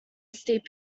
steep